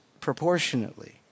proportionately